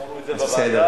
אמרו את זה גם בוועדה,